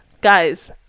Guys